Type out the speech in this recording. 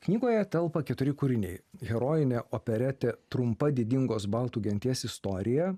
knygoje telpa keturi kūriniai herojinė operetė trumpa didingos baltų genties istorija